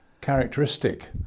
characteristic